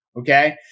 okay